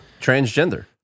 transgender